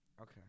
Okay